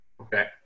Okay